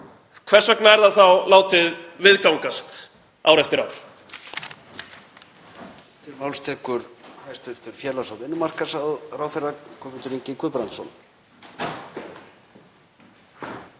hvers vegna er það þá látið viðgangast ár eftir ár?